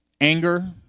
Anger